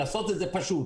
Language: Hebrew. לעשות את זה פשוט,